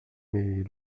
mais